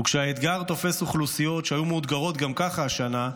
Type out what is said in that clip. וכשהאתגר תופס אוכלוסיות שהיו מאותגרות גם ככה השנה,